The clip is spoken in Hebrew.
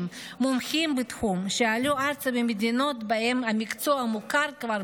מומחים בתחום שעלו ארצה ממדינות שבהן המקצוע מוכר כבר